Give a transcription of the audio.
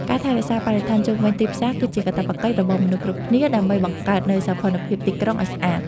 ការថែរក្សាបរិស្ថានជុំវិញទីផ្សារគឺជាកាតព្វកិច្ចរបស់មនុស្សគ្រប់គ្នាដើម្បីបង្កើតនូវសោភ័ណភាពទីក្រុងឱ្យស្អាត។